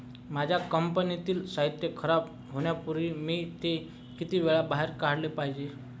माझ्या कंपनीतील साहित्य खराब होण्यापूर्वी मी ते किती वेळा बाहेर काढले पाहिजे?